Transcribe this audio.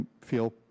feel